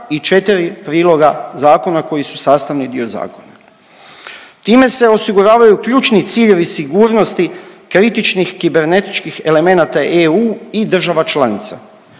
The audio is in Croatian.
i četiri priloga zakona koji su sastavni dio zakona. Time se osiguravaju ključni ciljevi sigurnosti kritičnih kibernetičkih elemenata EU i država članica.